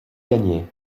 gagné